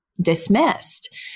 dismissed